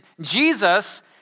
Jesus